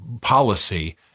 policy